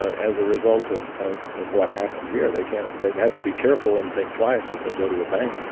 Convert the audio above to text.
ah as a result of of what happened here, they can't they have to be careful and think twice if they go to a bank